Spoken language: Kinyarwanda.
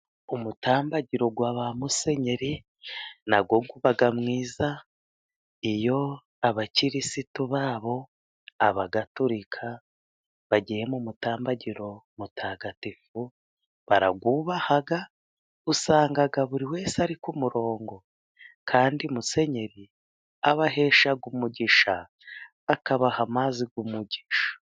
Umutambagiro wa ba musenyeri nawo uba mwiza. Iyo abakirisitu babo; abagatorika bagiye mu mutambagiro mutagatifu barawubaha, usanga buri wese ari ku murongo, kandi musenyeri abahesha umugisha, akabaha amazi y'umugisha.